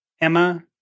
Emma